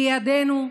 בידינו,